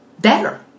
better